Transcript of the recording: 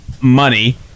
money